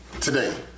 today